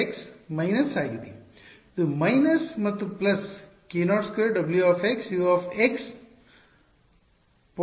ಇದು ಮೈನಸ್ ಮತ್ತು plus k02 wu end point ಪದಕ್ಕೆ ಸಮಾನವಾಗಿರುತ್ತದೆ